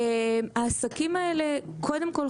קודם כל,